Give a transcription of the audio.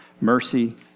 mercy